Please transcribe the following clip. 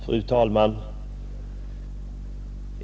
Fru talman!